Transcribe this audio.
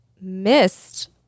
missed